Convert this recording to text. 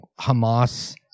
Hamas